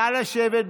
נא לשבת.